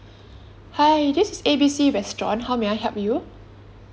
hi this is A B C restaurant how may I help you